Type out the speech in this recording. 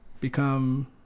become